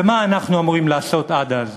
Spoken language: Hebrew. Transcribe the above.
ומה אנחנו אמורים לעשות עד אז?